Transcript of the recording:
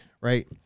Right